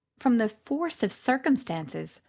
from the force of circumstances,